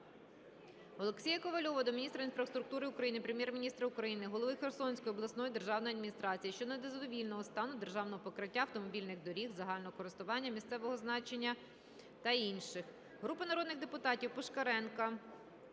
Олексія Ковальова до міністра інфраструктури України, Прем'єр-міністра України, голови Херсонської обласної державної адміністрації щодо незадовільного стану дорожнього покриття автомобільних доріг загального користування місцевого значення та інших.